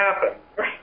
happen